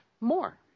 more